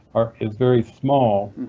ah is very small,